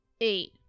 eight